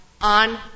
on